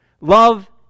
Love